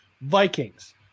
Vikings